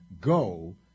Go